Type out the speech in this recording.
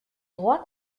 droit